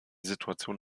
situation